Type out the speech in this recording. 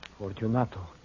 Fortunato